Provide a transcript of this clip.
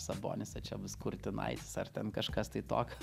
sabonis o čia bus kurtinaitis ar ten kažkas tai tokio